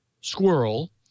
Squirrel